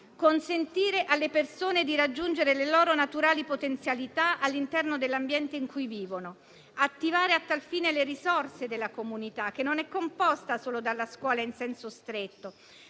consentire alle persone di raggiungere le loro naturali potenzialità all'interno dell'ambiente in cui vivono, attivare a tal fine le risorse della comunità, che non è composta solo dalla scuola in senso stretto,